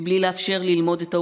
מבלי לאפשר ללמוד את העובדות,